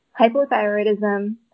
hypothyroidism